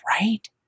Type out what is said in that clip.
right